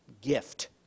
gift